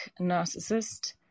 narcissist